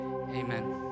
Amen